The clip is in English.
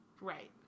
right